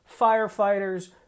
firefighters